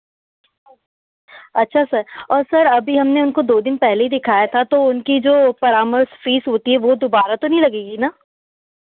अच्छा सर और सर अभी हमने उनको दो दिन पहले ही दिखाया था तो उनकी को परामर्श फीस होती है वह दोबारा तो नहीं लगेगी ना